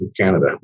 Canada